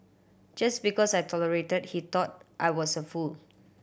just because I tolerated he thought I was a fool